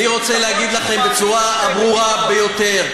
אני רוצה להגיד לכם בצורה הברורה ביותר,